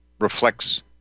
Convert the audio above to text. reflects